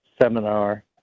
seminar